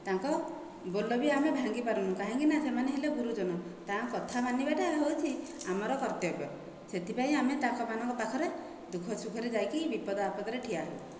ତାଙ୍କ ବୋଲ ବି ଆମେ ଭାଙ୍ଗିପାରୁନୁ କାହିଁକିନା ସେମାନେ ହେଲେ ଗୁରୁଜନ ତାଙ୍କ କଥା ମାନିବାଟା ହଉଛି ଆମର କର୍ତ୍ତବ୍ୟ ସେଥିପାଇଁ ଆମେ ତାଙ୍କ ମାନଙ୍କ ପାଖରେ ଦୁଖଃ ସୁଖରେ ଯାଇକି ବିପଦ ଆପଦରେ ଠିଆ ହେଉ